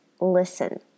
Listen